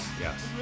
Yes